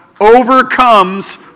overcomes